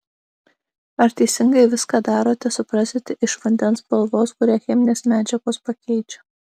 ar teisingai viską darote suprasite iš vandens spalvos kurią cheminės medžiagos pakeičia